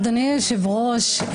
אדוני היושב-ראש,